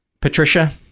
Patricia